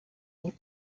what